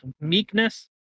meekness